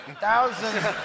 thousands